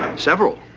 several.